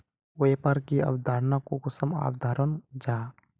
व्यापार की अवधारण कुंसम अवधारण जाहा?